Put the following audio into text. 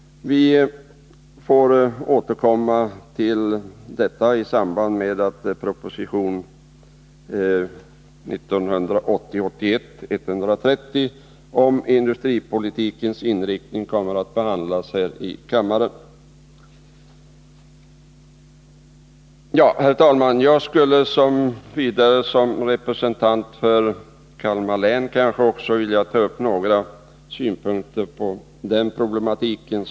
Vi får återkomma till den frågan i samband med att proposition 1980/81:130 om industripolitikens inriktning skall behandlas här i kammaren. Herr talman! Som representant för Kalmar län skulle jag också vilja ta upp några synpunkter på de problem som finns i länet.